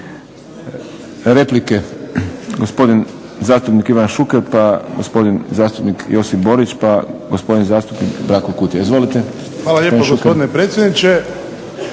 Hvala lijepo gospodine predsjedniče.